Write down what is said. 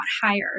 higher